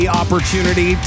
opportunity